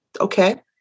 Okay